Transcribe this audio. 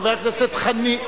חבר הכנסת חנין,